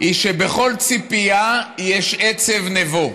"בכל ציפייה יש עצב נבו".